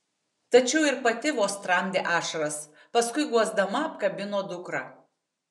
tačiau ir pati vos tramdė ašaras paskui guosdama apkabino dukrą